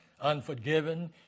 unforgiven